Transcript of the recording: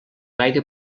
gaire